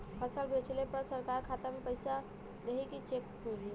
फसल बेंचले पर सरकार खाता में पैसा देही की चेक मिली?